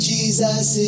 Jesus